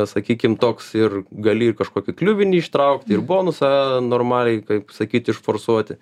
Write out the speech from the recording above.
sakykim toks ir gali i kažkokį kliuvinį ištraukt ir bonusą normaliai kaip sakyt išforsuoti